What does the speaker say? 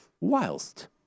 Whilst